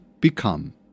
become